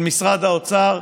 של משרד האוצר,